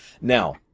Now